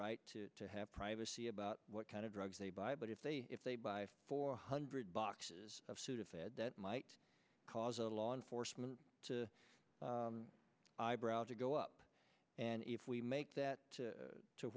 right to have privacy about what kind of drugs they buy but if they if they buy four hundred boxes of sudafed that might cause a law enforcement to eyebrow to go up and if we make that